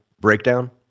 breakdown